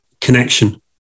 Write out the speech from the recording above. connection